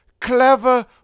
clever